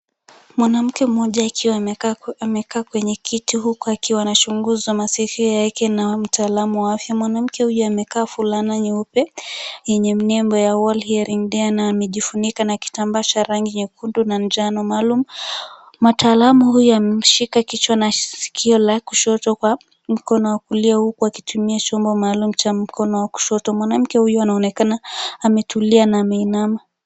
Mwanamke mmoja akiwa amekaa kwenye kiti huku akiwa anachunguzwa maskio yake na mtaalamu wa afya. Mwanamke huyu amekaa fulana nyeupe yenye nembo ya world hearing day na amejifunika na kitambaa cha rangi nyekundu na njano maalum. Mtaalamu huyu amemshika kichwa na sikio la kushoto kwa mkono wa kulia huku akitumia chombo maalum cha mkono wa kushoto. Mwanamke huyu anaonekana ametulia na ameinama.